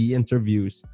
interviews